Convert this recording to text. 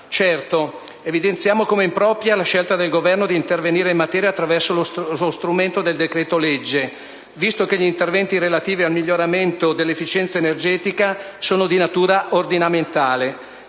Certo, evidenziamo come impropria la scelta del Governo di intervenire in materia attraverso lo strumento del decreto-legge, visto che gli interventi relativi al miglioramento dell'efficienza energetica sono di natura ordinamentale.